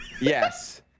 Yes